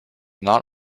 not